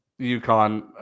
UConn